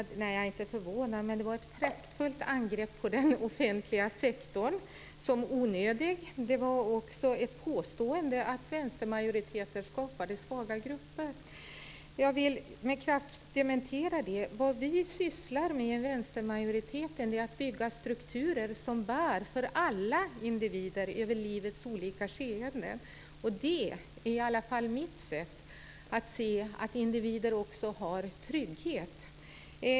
Det var ett praktfullt angrepp på den offentliga sektorn, som beskrevs som onödig. Dessutom gjordes påståendet att vänstermajoriteter skapar svaga grupper. Jag vill med kraft dementera det. Vad vi i vänstermajoriteten sysslar med är att bygga strukturer som bär för alla individer i livets olika skeden. Det är i alla fall mitt sätt att se att individer också har trygghet.